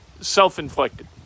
self-inflicted